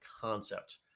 concept